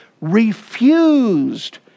refused